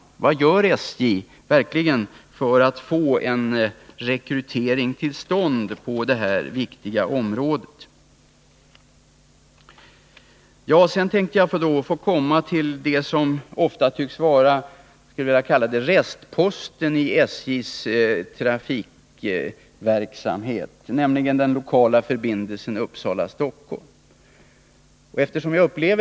Men vad gör SJ för att rekrytera personal på detta viktiga område? Låt mig så beröra det som ofta tycks vara restposten i SJ:s trafikverksamhet, nämligen den lokala förbindelsen Uppsala-Stockholm.